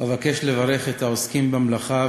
אבקש לברך את העוסקים במלאכה,